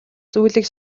зүйлийг